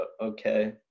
okay